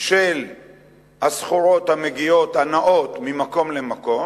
של הסחורות המגיעות, הנעות ממקום למקום,